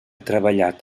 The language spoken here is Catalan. treballat